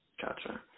Gotcha